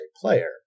player